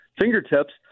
fingertips